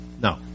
No